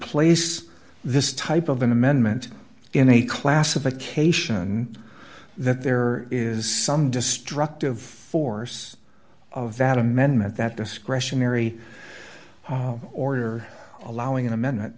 place this type of an amendment in a classification that there is some destructive force of that amendment that discretionary order allowing in a